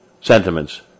sentiments